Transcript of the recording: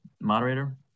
Moderator